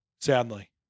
Sadly